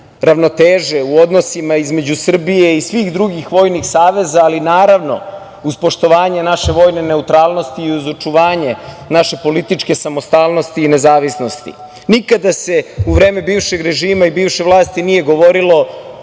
ravnoteže u odnosima između Srbije i svih drugih vojnih saveza, ali naravno uz poštovanje naše vojne neutralnosti i uz očuvanje naše političke samostalnosti i nezavisnosti. Nikada se u vreme bivšeg režima i bivše vlasti nije govorilo